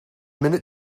minute